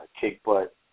kick-butt